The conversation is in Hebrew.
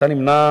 אתה נמנה